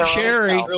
Sherry